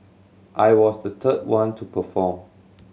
I was the third one to perform